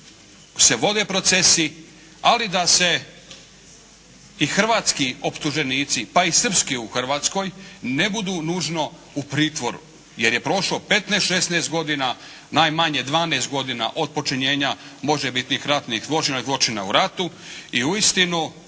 se vode procesi, ali da se i hrvatski optuženici pa i srpski u Hrvatskoj ne budu nužno u pritvoru, jer je prošlo 15, 16 godina, najmanje 12 godina od počinjenja možebitnih ratnih zločina ili zločina u ratu. I uistinu